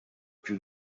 più